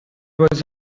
was